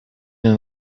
and